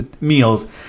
meals